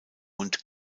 und